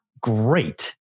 great